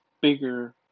bigger